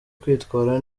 kwitwara